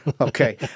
okay